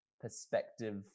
perspective